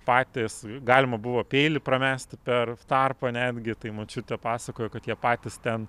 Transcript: patys galima buvo peilį pramesti per tarpą netgi tai močiutė pasakojo kad jie patys ten